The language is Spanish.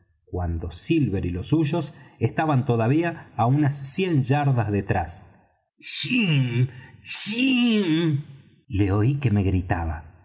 cuando silver y los suyos estaban todavía á unas cien yardas detrás jim jim le oí que me gritaba